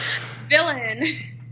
villain